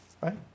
Right